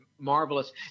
Marvelous